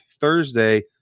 Thursday